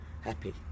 happy